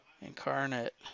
incarnate